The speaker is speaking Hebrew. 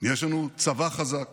יש לנו צבא חזק